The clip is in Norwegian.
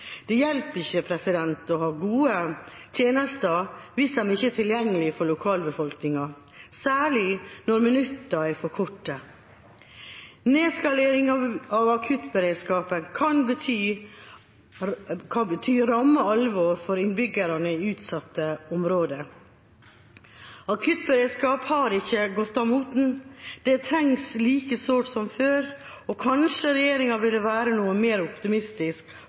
Det hjelper ikke å ha gode tjenester hvis de ikke er tilgjengelige for lokalbefolkninga, særlig når minuttene er for korte. Nedskalering av akuttberedskapen kan bety ramme alvor for innbyggerne i utsatte områder. Akuttberedskap har ikke gått av moten, det trengs like sårt som før. Kanskje regjeringa ville ha vært noe mer optimistisk